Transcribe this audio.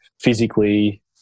physically